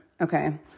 okay